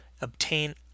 obtain